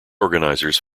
organizers